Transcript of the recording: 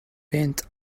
bent